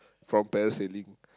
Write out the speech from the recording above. from parasailing